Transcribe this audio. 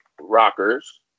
rockers